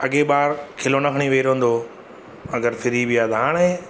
अॻे ॿार खिलोना खणी वेही रहंदो हुओ अगरि फ्री बि आहे त हाणे